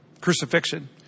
crucifixion